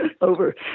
over